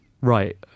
Right